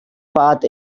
path